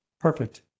perfect